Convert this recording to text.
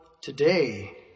today